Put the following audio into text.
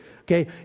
okay